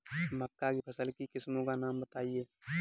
मक्का की फसल की किस्मों का नाम बताइये